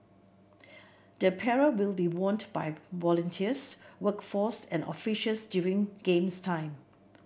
the apparel will be worn by volunteers workforce and officials during Games time